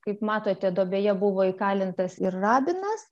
kaip matote duobėje buvo įkalintas ir rabinas